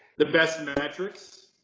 the best metrics?